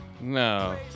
no